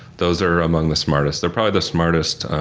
those are among the smartest. they're probably the smartest